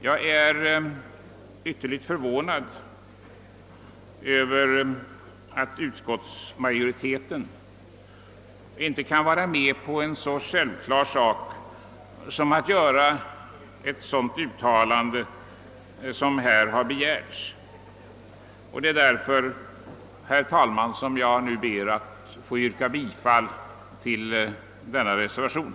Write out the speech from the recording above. Jag är ytterst förvånad över att utskottsmajoriteten inte kan gå med på en så självklar sak som att göra ett sådant uttalande som här har begärts. Det är därför, herr talman, som jag nu ber att få yrka bifall till reservationen.